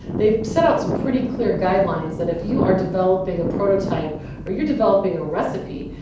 they've set out some pretty clear guidelines that if you are developing a prototype or you're developing a recipe,